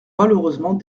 malheureusement